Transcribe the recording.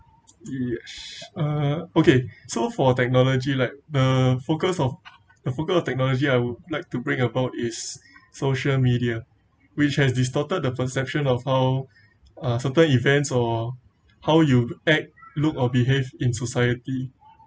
yes uh okay so for technology like the focus of the focus of technology I would like to bring about is social media which has distorted the perception of how uh certain events or how you act look or behave in society